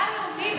מה לאומי?